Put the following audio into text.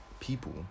People